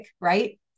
right